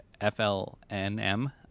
FLNM